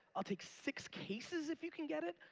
i'll take six cases if you can get it.